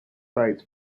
sites